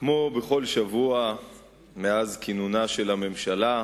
כמו בכל שבוע מאז כינונה של הממשלה,